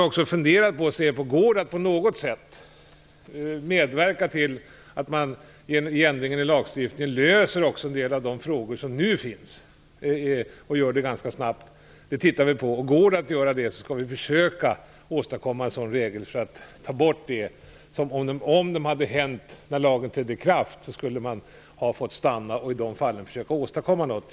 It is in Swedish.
Vi har funderat på detta och frågat oss: Går det att på något sätt medverka till att man vid ändring av lagstiftningen också löser en del av de frågor som nu finns och att det görs ganska snabbt? Det tittar vi på. Går det att göra det skall vi försöka åstadkomma en regel så att detta tas bort, så att man om det här hänt när lagen trädde i kraft skulle ha fått stanna. I de fallen skulle man ha försökt åstadkomma något.